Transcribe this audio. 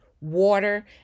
water